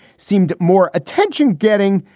seemed more attention getting.